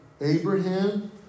Abraham